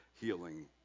healing